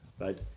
Right